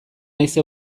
haize